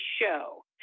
show